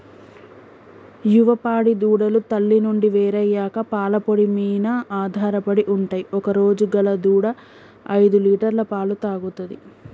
యువ పాడి దూడలు తల్లి నుండి వేరయ్యాక పాల పొడి మీన ఆధారపడి ఉంటయ్ ఒకరోజు గల దూడ ఐదులీటర్ల పాలు తాగుతది